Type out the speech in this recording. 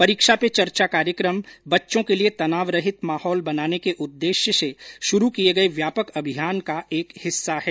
परीक्षा पे चर्चा कार्यक्रम बच्चों के लिए तनावरहित माहौल बनाने के उद्देश्य से शुरु किए गए व्यापक अभियान का एक हिस्सा है